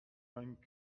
vingt